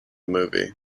movie